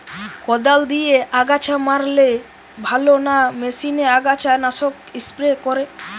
কদাল দিয়ে আগাছা মারলে ভালো না মেশিনে আগাছা নাশক স্প্রে করে?